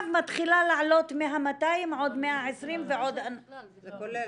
מתחילה לעלות מה-200 עוד 120 ועוד -- זה כולל.